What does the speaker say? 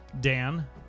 Dan